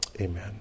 Amen